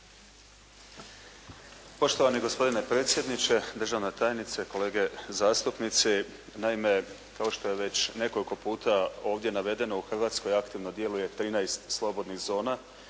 Poštovani gospodine predsjedniče, državna tajnice, kolege zastupnici. Naime, kao što je već nekoliko puta ovdje navedeno u Hrvatskoj aktivno djeluje 13 slobodnih zona